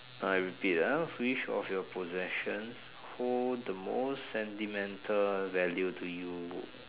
alright I repeat ah which of your possessions hold the most sentimental value to you